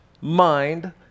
mind